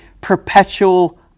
perpetual